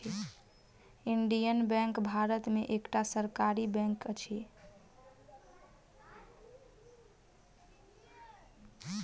Indian bank Bharat में एकटा सरकारी बैंक अछि